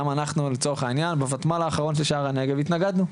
גם אנחנו לצורך העניין בוותמ"ל האחרון של שער הנגב התנגדנו,